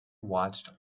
watched